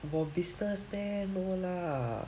我 business meh no lah